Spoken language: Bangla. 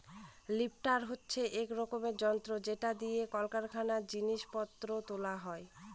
লিফ্টার হচ্ছে এক রকমের যন্ত্র যেটা দিয়ে কারখানায় জিনিস পত্র তোলা হয়